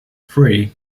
three